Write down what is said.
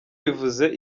bivuze